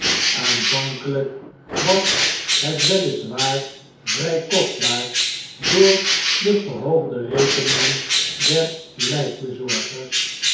aanvankelijk was het wel is waar vrij kostbaar door de verhoogde rekeningen der lijkbezorgers